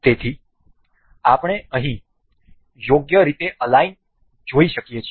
તેથી આપણે અહીં યોગ્ય રીતે અલાઈન જોઈ શકીએ છીએ